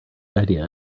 idea